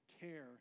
care